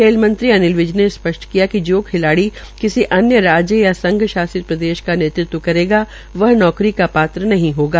खेल मंत्री अनिल विज ने स्पष्ट किया कि जो खिलाड़ी किसी अन्य राज्य या संघ शासित प्रदेश का नेतृत्व करेगा वह नौकरी का पात्र नहीं होगा